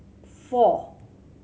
four